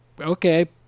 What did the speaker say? Okay